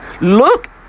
Look